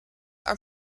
are